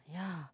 yeah